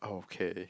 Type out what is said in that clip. okay